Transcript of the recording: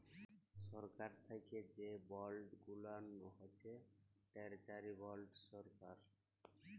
সরকারি থ্যাকে যে বল্ড গুলান হছে টেরজারি বল্ড সরকার